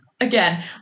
Again